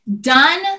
done